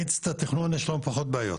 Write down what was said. יש לו פחות בעיות.